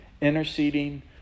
interceding